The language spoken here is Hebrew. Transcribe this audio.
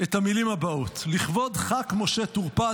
את המילים הבאות: לכבוד ח"כ משה טור פז,